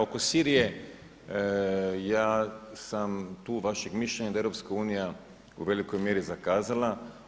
Oko Sirije ja sam tu vašeg mišljenja da je EU u velikoj mjeri zakazala.